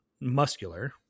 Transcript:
muscular